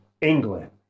England